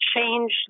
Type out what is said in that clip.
change